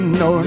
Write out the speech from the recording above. no